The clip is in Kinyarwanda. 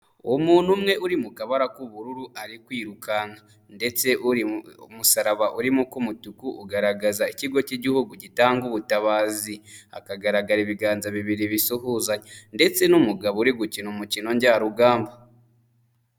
Umuntu umwe uri mu kabara k'ubururu ari kwirukanka, ndetse uri musaraba uri mu k'umutuku ugaragaza ikigo cy'igihugu gitanga ubutabazi, hakagaragara ibiganza bibiri bisuhuzanya ndetse n'umugabo uri gukina umukino njyarugamba.